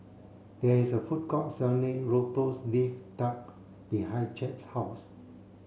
there is a food court selling lotus leaf duck behind Jett's house